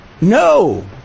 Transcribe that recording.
No